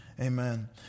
Amen